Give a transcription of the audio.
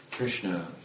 Krishna